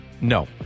No